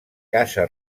casa